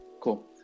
Cool